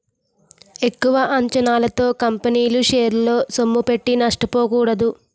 ఎక్కువ అంచనాలతో కంపెనీల షేరల్లో సొమ్ముపెట్టి నష్టపోకూడదు